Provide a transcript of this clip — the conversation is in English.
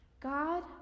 God